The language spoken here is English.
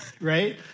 right